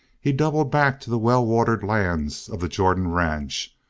he doubled back to the well-watered lands of the jordan ranch,